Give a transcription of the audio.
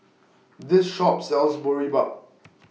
This Shop sells Boribap